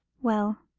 well,